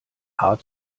haar